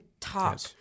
Talk